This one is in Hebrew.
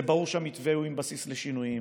זה ברור שהמתווה הוא עם בסיס לשינויים,